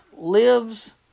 lives